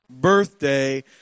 birthday